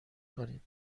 کنید